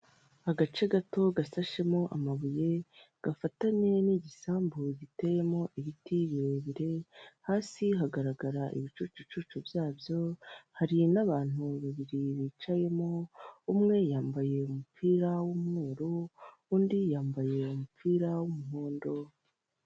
Agace gato gasashemo amabuye gafatanye n'igisambu giteyemo ibiti birebire hasi hagaragara ibicucu byabyo hari n'abantu babiri bicayemo umwe yambaye umupira w'umweru undi yambaye umupira w'umuhondo